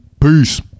Peace